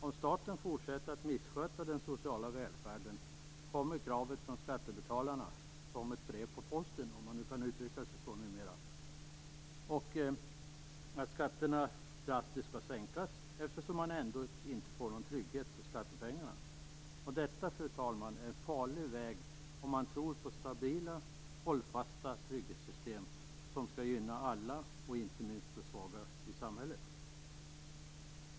Om staten fortsätter att missköta den sociala välfärden kommer kravet från skattebetalarna som ett brev på posten - om man nu kan uttrycka sig så numera - att skatterna drastiskt skall sänkas, eftersom man ändå inte får någon trygghet för skattepengarna. Detta är, fru talman, en farlig väg om man tror på stabila hållfasta trygghetssystem som gynnar alla, inte minst de svaga i samhället.